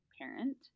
parent